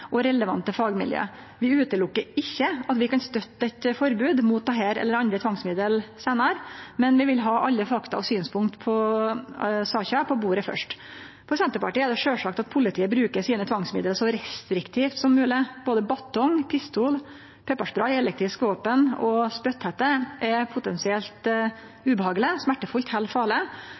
og relevante fagmiljø. Vi ser ikkje bort frå at vi kan støtte eit forbod mot dette eller andre tvangsmiddel seinare, men vi vil ha alle fakta og synspunkt på saka på bordet først. For Senterpartiet er det sjølvsagt at politiet bruker sine tvangsmiddel så restriktivt som mogleg. Både batong, pistol, peparspray, elektrisk våpen og spytthette er potensielt ubehageleg, smertefullt eller farleg